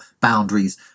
boundaries